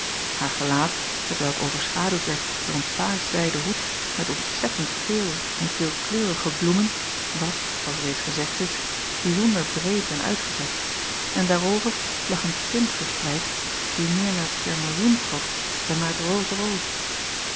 aar gelaat t welk overschaduwd werd door een paars zijden hoed met ontzettend veel en veelkleurige bloemen was als reeds gezegd is bijzonder breed en uitgezet en daarover lag een tint verspreid die meer naar t vermiljoen trok dan naar t rozerood